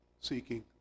seeking